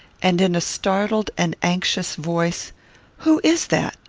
and in a startled and anxious voice who is that?